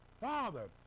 Father